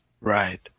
right